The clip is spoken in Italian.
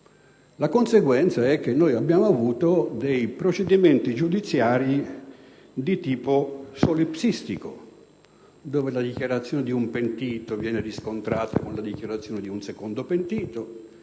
La conseguenza è che abbiamo avuto procedimenti giudiziari di tipo solipsistico, dove la dichiarazione di un pentito viene riscontrata con la dichiarazione di un secondo pentito,